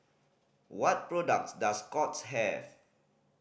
what products does Scott's have